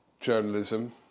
journalism